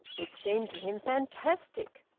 it seemed to him fantastic,